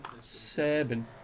Seven